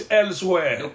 elsewhere